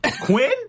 Quinn